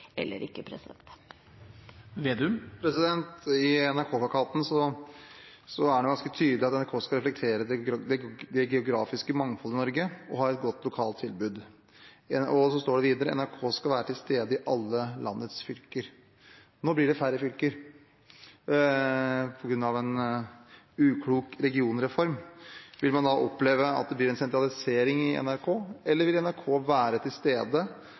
eller ikke. I NRK-plakaten er det ganske tydelig at NRK skal reflektere det geografiske mangfoldet i Norge og ha et godt lokalt tilbud. Så står det videre at NRK skal være til stede i alle landets fylker – nå blir det færre fylker på grunn av en uklok regionreform. Vil man da oppleve at det blir en sentralisering i NRK, eller vil NRK reflektere det geografiske mangfoldet og kunne være til stede